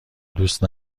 دوست